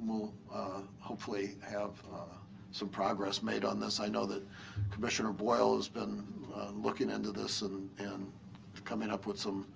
we'll hopefully have some progress made on this. i know that commissioner boyle has been looking into this and and coming up with some